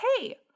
hey